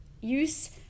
use